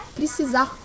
precisar